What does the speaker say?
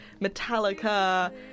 Metallica